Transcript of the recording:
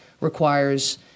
requires